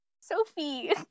Sophie